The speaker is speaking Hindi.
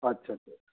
अच्छा अच्छा